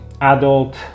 adult